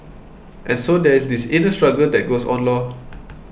and so there is this inner struggle that goes on lor